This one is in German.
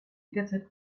jederzeit